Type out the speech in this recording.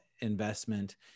investment